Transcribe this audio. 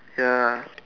ya